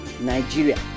Nigeria